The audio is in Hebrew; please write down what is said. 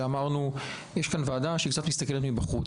כשאמרנו שיש כאן ועדה שקצת מסתכלת מבחוץ,